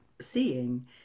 seeing